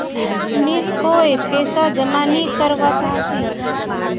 मी कोय पैसा जमा नि करवा चाहची